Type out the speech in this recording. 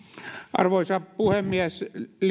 arvoisa puhemies